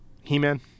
He-Man